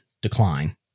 decline